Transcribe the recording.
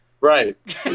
right